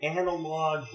analog